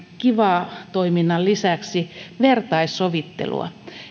kiva toiminnan lisäksi vertaissovittelua